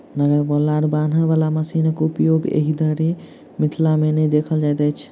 नार वा लार बान्हय बाला मशीनक उपयोग एखन धरि मिथिला मे नै देखल गेल अछि